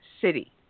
city